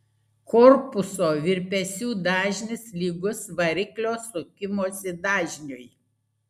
korpuso virpesių dažnis lygus variklio sukimosi dažniui